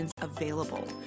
available